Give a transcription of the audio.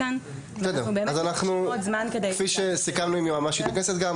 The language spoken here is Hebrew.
ככל שהוא חי כקהילה.